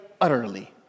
utterly